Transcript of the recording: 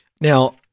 Now